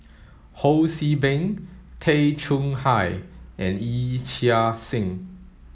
Ho See Beng Tay Chong Hai and Yee Chia Hsing